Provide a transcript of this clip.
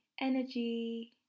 energy